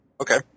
Okay